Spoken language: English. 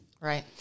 Right